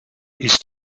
ist